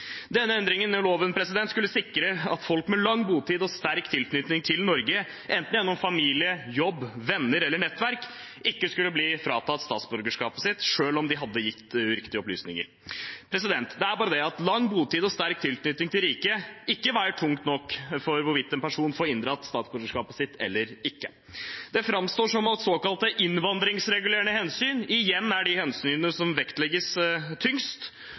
Denne endringen i loven skulle sikre at folk med lang botid og sterk tilknytning til Norge – enten gjennom familie, jobb, venner eller nettverk – ikke skulle bli fratatt statsborgerskapet sitt selv om de hadde gitt uriktige opplysninger. Det er bare det at lang botid og sterk tilknytning til riket ikke veier tungt nok for hvorvidt en person får inndratt statsborgerskapet sitt eller ikke. Det framstår som at såkalte innvandringsregulererende hensyn igjen er de hensynene som vektlegges tyngst,